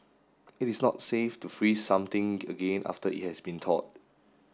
it is not safe to freeze something again after it has been thawed